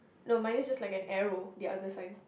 no mine is just like an arrow the other sign